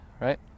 right